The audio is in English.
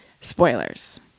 spoilers